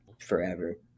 forever